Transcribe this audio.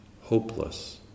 hopeless